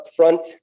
upfront